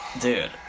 dude